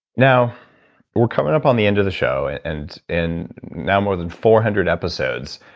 now we're coming up on the end of the show and and now more than four hundred episodes,